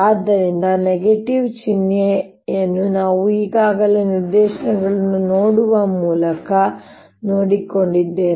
ಆದ್ದರಿಂದ ಚಿಹ್ನೆಯನ್ನು ನಾವು ಈಗಾಗಲೇ ನಿರ್ದೇಶನಗಳನ್ನು ನೋಡುವ ಮೂಲಕ ನೋಡಿಕೊಂಡಿದ್ದೇವೆ